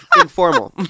informal